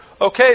Okay